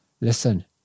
listen